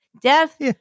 Death